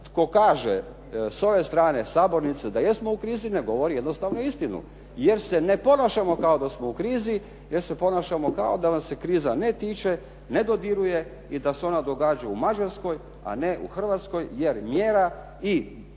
tko kaže s ove strane sabornice da jesmo u krizi, ne govori jednostavno istinu. Jer se ne ponašamo kao da smo u krizi, jer se ponašamo kao da vas se kriza ne tiče, ne dodiruje i da se ona događa u Mađarskoj, a ne u Hrvatskoj jer mjera i